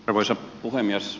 arvoisa puhemies